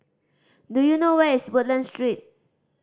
do you know where is Woodlands Street